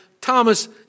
Thomas